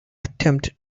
attempt